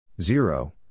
Zero